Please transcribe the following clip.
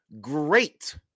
great